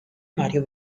mario